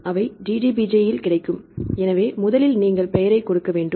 அவை DDBJ இல் கிடைக்கும் எனவே முதலில் நீங்கள் பெயரை கொடுக்க வேண்டும்